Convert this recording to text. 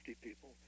people